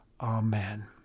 Amen